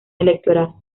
electoral